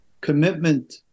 commitment